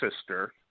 sister